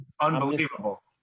Unbelievable